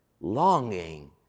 longing